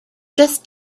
just